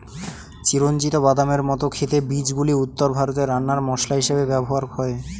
চিরঞ্জিত বাদামের মত খেতে বীজগুলি উত্তর ভারতে রান্নার মসলা হিসেবে ব্যবহার হয়